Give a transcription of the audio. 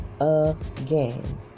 again